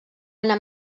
anna